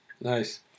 Nice